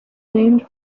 named